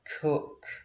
cook